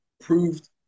proved